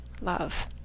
love